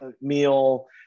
meal